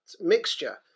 mixture